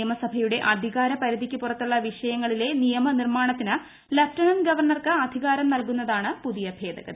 നിയമസഭയുള്ള അധികാര പരിധിയ്ക്ക് പുറ ത്തുള്ള വിഷയങ്ങളിലെ നിയമനിർമാണത്തിന്റ് ല്ലെഫ്റ്റനന്റ് ഗവർണർക്ക് അധി കാരം നൽകുന്നതാണ് പുതിയ ഭേദഗതി